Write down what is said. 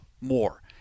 more